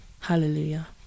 Hallelujah